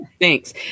Thanks